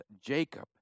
Jacob